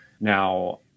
Now